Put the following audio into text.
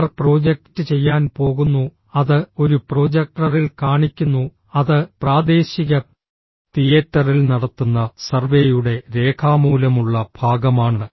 അവർ project ചെയ്യാൻ പോകുന്നു അത് ഒരു പ്രൊജക്ടറിൽ കാണിക്കുന്നു അത് പ്രാദേശിക തിയേറ്ററിൽ നടത്തുന്ന സർവേയുടെ രേഖാമൂലമുള്ള ഭാഗമാണ്